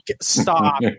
stop